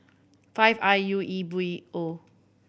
five I U E B O